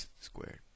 squared